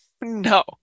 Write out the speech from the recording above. no